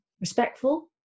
respectful